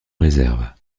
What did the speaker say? réserve